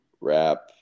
rap